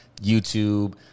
YouTube